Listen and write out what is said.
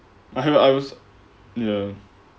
I I was ya